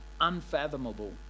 unfathomable